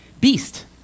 beast